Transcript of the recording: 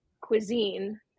cuisine